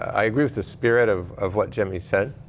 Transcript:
i agree with the spirit of of what jim said.